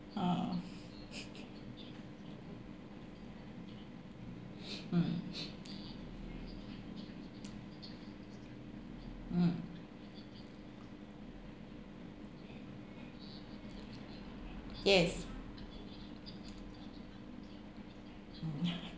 oh mm mm yes mm